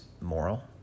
moral